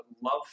love